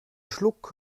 schluck